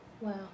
Wow